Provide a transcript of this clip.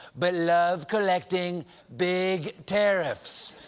but love collecting big tariffs!